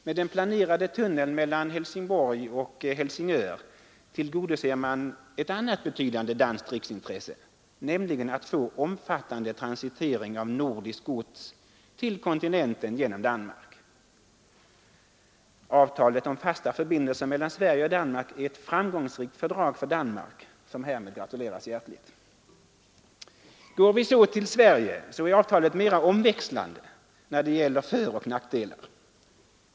Med den planerade tunneln mellan Helsingborg och Helsingör tillgodoser man ett annat betydande danskt riksintresse, nämligen att få omfattande transitering av nordiskt gods till kontinenten genom Danmark. Avtalet om fasta förbindelser mellan Sverige och Danmark är ett framgångsrikt fördrag för Danmark, som härmed gratuleras hjärtligt. Går vi så till Sverige, är avtalet mera omväxlande när det gäller föroch nackdelar.